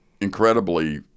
incredibly